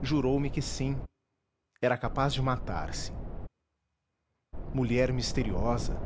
jurou me que sim era capaz de matar-se mulher misteriosa